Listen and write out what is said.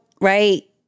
right